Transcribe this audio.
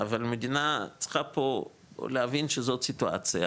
אבל מדינה צריכה פה להבין שזאת סיטואציה